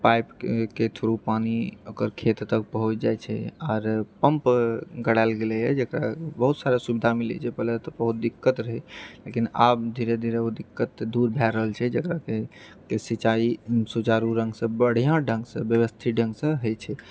पाइपके through पानी ओकर खेत तक पहुँच जाइत छै आर पम्प गड़ाएल गेलैए जेकर बहुत सारा सुविधा मिलैत छै जे पहिले तऽ बहुत दिक्कत रहै लेकिन आब धीरे धीरे ओ दिक्कत दूर भए रहल छै जकरा कि सिंचाई सुचारू ढ़ङ्गसँ बढ़िआँ ढ़ङ्गसँ व्यवस्थित ढ़ङ्गसँ होइत छै